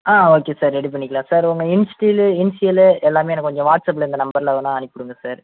ஆ okay sir ready பண்ணிக்கலாம் sir உங்க இன்ஸ்ஷீல்லு இன்ஷியலு எல்லாமே எனக்கு கொஞ்சம் வாட்ஸ்அப்பில் இந்த நம்பரில் வேணா அனுப்பிவிடுங்கள் சார்